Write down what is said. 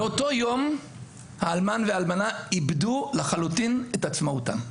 באותו יום האלמן והאלמנה איבדו לחלוטין את עצמאותם.